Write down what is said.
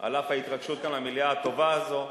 על אף ההתרגשות כאן, במליאה הטובה הזאת,